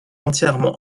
entièrement